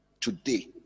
today